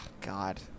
God